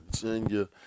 Virginia